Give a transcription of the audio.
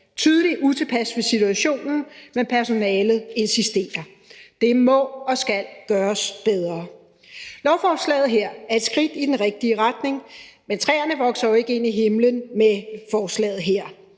tydeligt utilpas ved situationen, men personalet insisterer? Det må og skal gøres bedre. Lovforslaget her er et skridt i den rigtige retning, men træerne vokser jo ikke ind i himlen med forslaget.